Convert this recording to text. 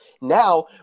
Now